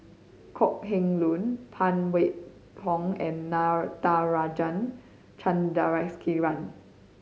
Kok Heng Leun Phan Wait Hong and Natarajan Chandrasekaran